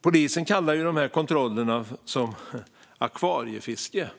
Polisen kallar dessa kontroller "akvariefiske".